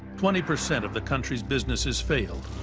twenty percent of the country's businesses failed,